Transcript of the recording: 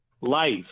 life